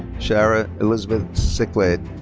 sarah elizabeth siclait.